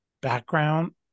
background